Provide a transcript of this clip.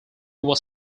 was